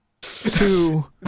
two